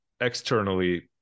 externally